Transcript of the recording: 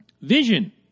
Vision